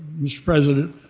mr. president,